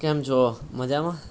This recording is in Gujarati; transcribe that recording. કેમ છો મજામાં